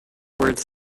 words